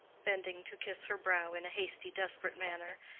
bending to kiss her brow in a hasty, desperate manner,